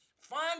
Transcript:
find